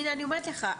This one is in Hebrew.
הנה אני אומרת לך,